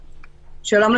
שלום,